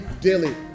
dilly